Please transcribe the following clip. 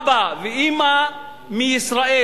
אבא ואמא מישראל,